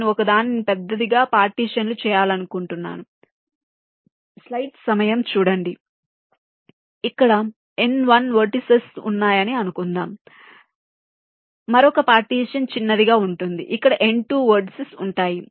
నేను ఒక దానిని పెద్దదిగా పార్టీషన్ లు చేయాలనుకుంటున్నాను ఇక్కడ n1 వెర్టిసిస్ ఉన్నాయని అనుకుందాం మరొక పార్టిషన్ చిన్నదిగా ఉంటుంది ఇక్కడ n2 వెర్టిసిస్ ఉంటాయి